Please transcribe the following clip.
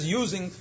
using